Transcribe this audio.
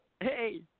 Hey